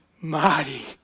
mighty